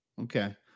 okay